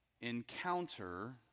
encounter